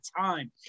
time